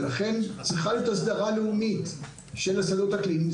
ולכן צריכה להיות הסדרה לאומית של השדות הקליניים.